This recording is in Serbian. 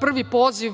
prvi poziv